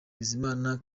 bizimana